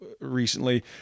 recently